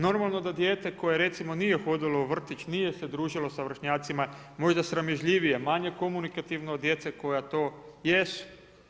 Normalno da je dijete koje, recimo, nije hodalo u vrtić, nije se družilo sa vršnjacima možda sramežljivije, manje komunikativno od djece koja to jesu.